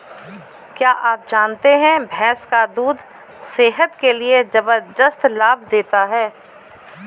क्या आप जानते है भैंस का दूध सेहत के लिए जबरदस्त लाभ देता है?